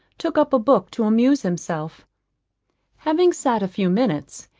took up a book to amuse himself having sat a few minutes,